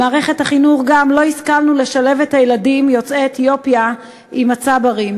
גם במערכת החינוך לא השכלנו לשלב את הילדים יוצאי אתיופיה עם הצברים,